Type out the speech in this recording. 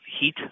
heat